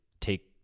take